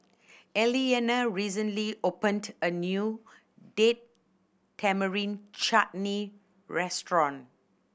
Elliana recently opened a new Date Tamarind Chutney restaurant